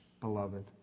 beloved